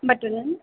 butter नान